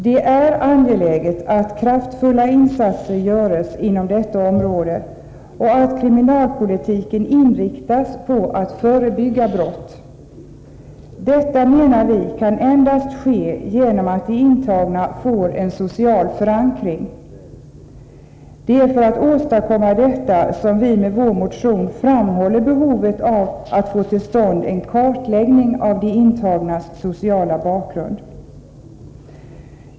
Det är angeläget att kraftfulla insatser görs inom detta område, och att kriminalpolitiken inriktas på att förebygga brott. Detta menar vi kan ske endast genom att de intagna får en social förankring. Det är för att åstadkomma detta som vi i vår motion understryker behovet av att få till stånd en kartläggning av de intagnas sociala bakgrund.